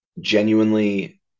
genuinely